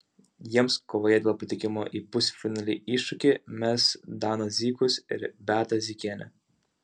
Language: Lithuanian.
jiems kovoje dėl patekimo į pusfinalį iššūkį mes danas zykus ir beata zykienė